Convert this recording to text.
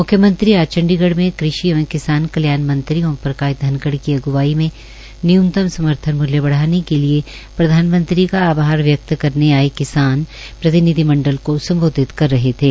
मुख्यमंत्री आज चंडीगढ में कृषि एवं किसान कल्याण मंत्री ओम प्रकाश धनखड़ की अग्वाई में न्यूनतम समर्थन मूल्य बढ़ाने के लिए न्यूनतम समर्थन मूल्य बढ़ाने के लिए प्रधानमंत्री का आभार व्यक्त करने आए किसान प्रतिनिधिमंडल को सम्बोधित कर रहे थे